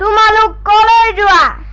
la la la